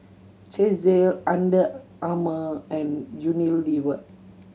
Chesdale Under Armour and Unilever